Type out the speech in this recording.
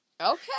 Okay